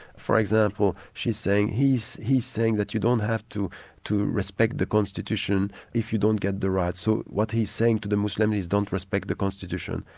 for example, she's saying, he's he's saying that you don't have to to respect the constitution if you don't get the rights, so what he's saying to the muslim and is, don't respect the constitution.